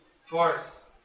force